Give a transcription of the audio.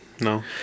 No